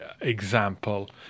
example